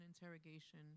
interrogation